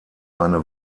eine